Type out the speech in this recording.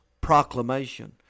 proclamation